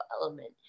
element